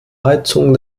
heizung